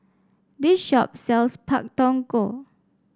this shop sells Pak Thong Ko